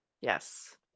yes